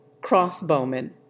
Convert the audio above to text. crossbowmen